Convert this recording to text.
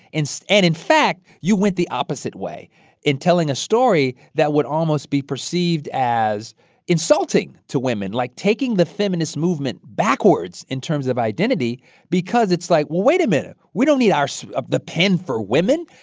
so and in fact, you went the opposite way in telling a story that would almost be perceived as insulting to women, like taking the feminist movement backwards in terms of identity because it's like, well, wait a minute we don't need our so ah the pen for women.